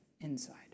inside